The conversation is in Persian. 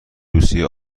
روسیه